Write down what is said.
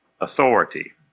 authority